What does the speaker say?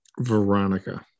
veronica